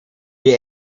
die